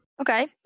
Okay